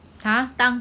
!huh!